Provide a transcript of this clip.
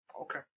Okay